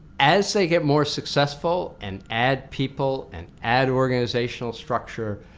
as they get more successful and add people and add organizational structure,